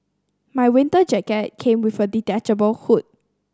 my winter jacket came with a detachable hood